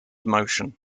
motion